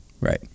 right